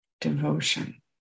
devotion